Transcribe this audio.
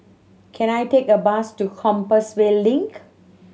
can I take a bus to Compassvale Link